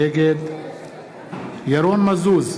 נגד ירון מזוז,